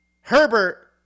Herbert